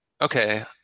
Okay